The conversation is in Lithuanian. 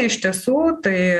iš tiesų tai